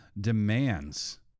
demands